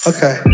Okay